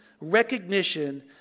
recognition